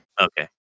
okay